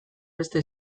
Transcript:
beste